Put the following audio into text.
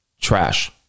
trash